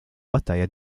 battaglia